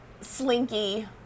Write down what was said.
slinky